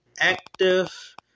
active